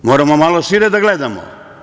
Moramo malo šire da gledamo.